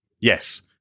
Yes